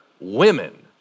women